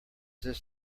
this